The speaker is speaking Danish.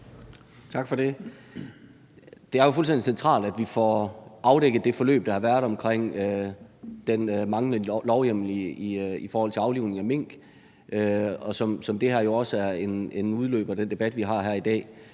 Tak for det. Det er jo fuldstændig centralt, at vi får afdækket det forløb, der har været omkring den manglende lovhjemmel i forhold til aflivning af mink, og den debat, vi har her i dag,